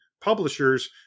publishers